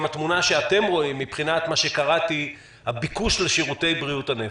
התמונה שאתם רואים מבחינת הביקוש לשירותי בריאות הנפש?